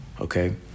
okay